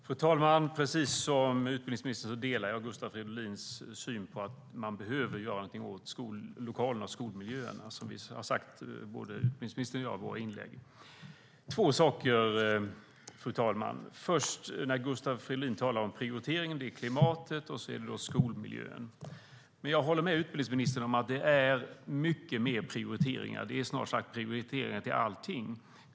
Fru talman! Precis som utbildningsministern delar jag Gustav Fridolins syn att vi behöver göra något åt skollokalerna och skolmiljöerna. Gustav Fridolin talar om Miljöpartiets prioritering av klimat och skolmiljö. Jag håller dock med utbildningsministern om att det är många fler prioriteringar. Snart sagt allt är prioriterat.